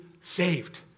saved